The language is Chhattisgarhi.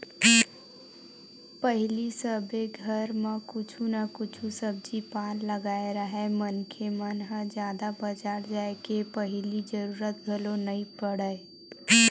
पहिली सबे घर म कुछु न कुछु सब्जी पान लगाए राहय मनखे मन ह जादा बजार जाय के पहिली जरुरत घलोक नइ पड़य